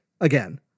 again